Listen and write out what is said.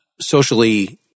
socially